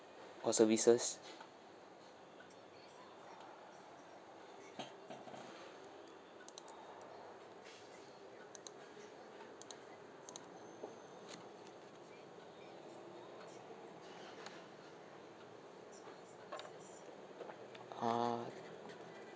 or services ah